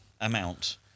amount